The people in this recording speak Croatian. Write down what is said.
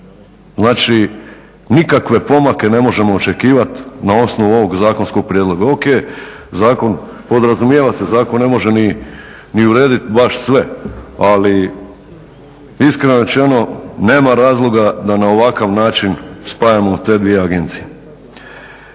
Znači, nikakve pomake ne možemo očekivati na osnovu ovog zakonskog prijedloga. Ok, zakon podrazumijeva se zakon ne može ni urediti baš sve, ali iskreno rečeno nema razloga da na ovakav način spajamo te dvije agencije.